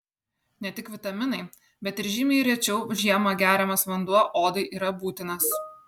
ne tik vitaminai bet ir žymiai rečiau žiemą geriamas vanduo odai yra būtinas